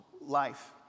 life